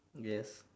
yes